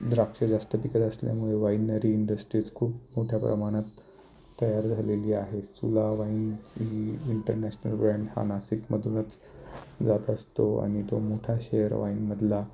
द्राक्ष जास्त पिकत असल्यामुळे वाईनरी इंडस्ट्रीज खूप मोठ्या प्रमाणात तयार झालेली आहे सुला वाईन ही इंटरनॅशनल ब्रँड हा नासिकमधूनच जात असतो आणि तो मोठा शेअर वाईनमधला